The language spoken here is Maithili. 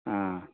हँ